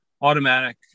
automatic